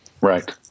Right